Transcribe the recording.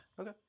Okay